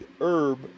herb